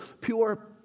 Pure